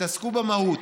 תתעסקו במהות.